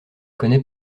connais